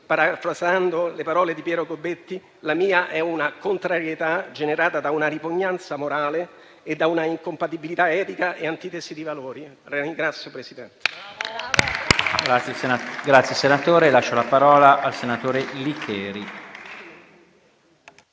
parafrasando le parole di Piero Gobetti, la mia è una contrarietà generata da una ripugnanza morale e da una incompatibilità etica e di antitesi di valori.